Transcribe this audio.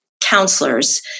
counselors